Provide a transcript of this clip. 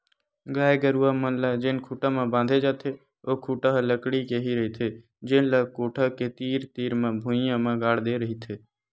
गाय गरूवा मन ल जेन खूटा म बांधे जाथे ओ खूटा ह लकड़ी के ही रहिथे जेन ल कोठा के तीर तीर म भुइयां म गाड़ दे रहिथे